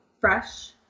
fresh